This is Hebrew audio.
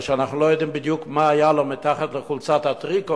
ואנחנו לא יודעים בדיוק מה היה לו מתחת לחולצת הטריקו,